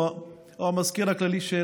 או המזכיר הכללי של